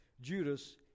Judas